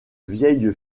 vieille